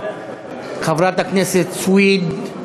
חברת הכנסת סויד.